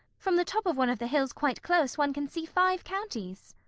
from the top of one of the hills quite close one can see five counties.